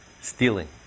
stealing